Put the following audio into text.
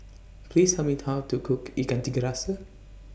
Please Tell Me How to Cook Ikan Tiga Rasa